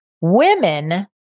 Women